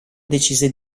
decise